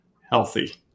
healthy